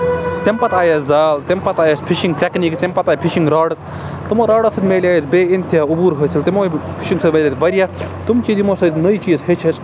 تَمہِ پَتہٕ آیَس زال تَمہِ پَتہٕ آیَس فِشِنٛگ ٹیکنیٖکِس تَمہِ پَتہٕ آیہِ فِشِنٛگ راڈٕز تِمو راڈو سۭتۍ میلے اَسہِ بے اِنتِہا عبوٗر حٲصِل تِمو فِشِنٛگ سۭتۍ وٲتۍ اَسہِ واریاہ تِم چیٖز یِمو سۭتۍ نٔے چیٖز ہیٚچھۍ اَسہِ